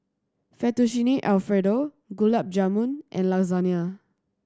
Fettuccine Alfredo Gulab Jamun and Lasagna